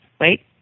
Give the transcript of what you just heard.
wait